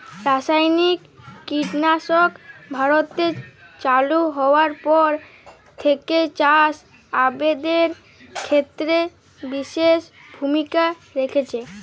রাসায়নিক কীটনাশক ভারতে চালু হওয়ার পর থেকেই চাষ আবাদের ক্ষেত্রে বিশেষ ভূমিকা রেখেছে